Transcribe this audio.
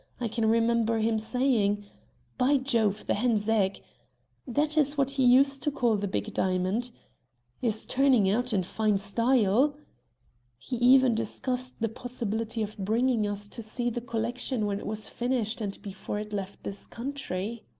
i can remember him saying by jove! the hen's egg' that is what he used to call the big diamond is turning out in fine style he even discussed the possibility of bringing us to see the collection when it was finished and before it left this country.